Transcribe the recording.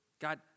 God